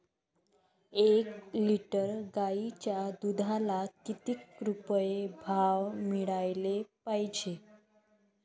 एक लिटर गाईच्या दुधाला किती रुपये भाव मिळायले पाहिजे?